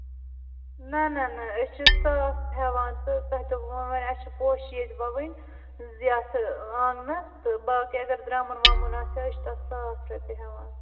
نہ نہ نہ أسۍ چھِ ساس ہٮ۪وان تہٕ تۄہہِ دوٚپ وۄنۍ وۄنۍ اَسہِ چھِ پوش ییٚتہِ وَوٕنۍ یَتھ آنٛگنَس تہٕ باقٕے اگر درٛمُن وَمُن آسہِ ہا أسۍ چھِ تَتھ ساس رۄپیہِ ہٮ۪وان